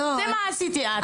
זה מה שאת עשית.